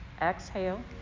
Exhale